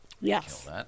Yes